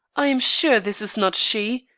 i am sure this is not she.